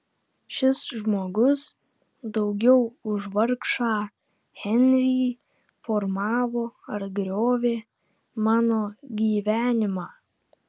šis žmogus daugiau už vargšą henrį formavo ar griovė mano gyvenimą